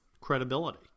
credibility